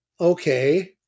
Okay